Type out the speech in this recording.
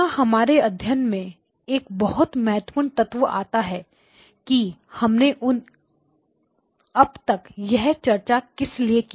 यहां हमारे अध्ययन में एक बहुत महत्वपूर्ण तत्व आता है कि हमने अब तक यह चर्चा किस लिए की